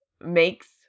makes